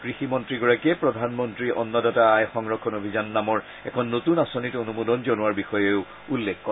কৃষিমন্ত্ৰীগৰাকীয়ে প্ৰধানমন্ত্ৰী অন্নদাতা আয় সংৰক্ষণ অভিযান নামৰ এখন নতুন আঁচনিত অনুমোদন জনোৱাৰ বিষয়েও উল্লেখ কৰে